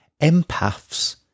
empaths